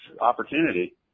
opportunity